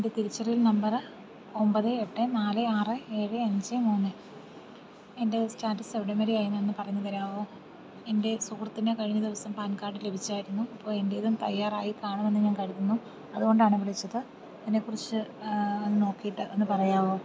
എൻ്റെ തിരിച്ചറിയൽ നമ്പറ് ഒൻപത് എട്ട് നാല് ആറ് ഏഴ് അഞ്ച് മൂന്ന് എൻ്റെ സ്റ്റാറ്റസ് എവിടം വരെയായിന്ന് ഒന്ന് പറഞ്ഞുതരാവോ എൻ്റെ സുഹൃത്തിനു കഴിഞ്ഞ ദിവസം പാൻ കാർഡ് ലഭിച്ചായിരുന്നു അപ്പോൾ എൻറ്റേതും തയ്യാറായി കാണുമെന്നു ഞാൻ കരുതുന്നു അതുകൊണ്ടാണ് വിളിച്ചത് അതിനെക്കുറിച്ച് നോക്കീട്ടു ഒന്ന് പറയാമോ